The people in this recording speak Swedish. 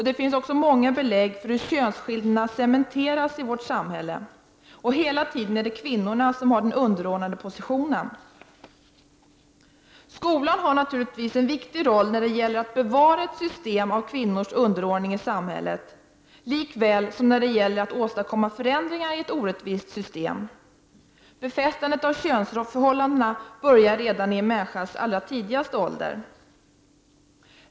Det finns också många belägg för hur könsskillnaderna cementeras i vårt samhälle. Hela tiden är det kvinnorna som har en underordnad position. Skolan spelar naturligtvis en viktig roll när det gäller att bevara ett system med kvinnors underordning i samhället likaväl som när det gäller att åstadkomma förändringar i ett orättvist system. Befästandet av könsförhållande börjar redan i en människas allra tidigaste ålder.